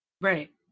Right